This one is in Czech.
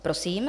Prosím.